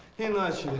there was